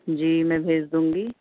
جی میں بھیج دوں گی